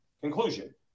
conclusion